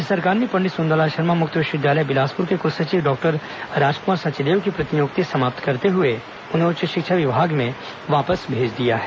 राज्य सरकार ने पंडित सुंदरलाल शर्मा मुक्त विश्वविद्यालय बिलासपुर के कुलसचिव डॉक्टर राजकुमार सचदेव की प्रतिनियुक्ति समाप्त करते हुए उन्हें उच्च शिक्षा विभाग में वापस भेज दिया है